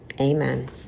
Amen